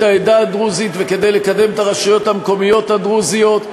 העדה הדרוזית וכדי לקדם את הרשויות המקומיות הדרוזיות,